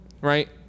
right